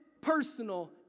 personal